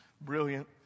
Brilliant